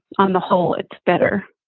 on the whole, it's better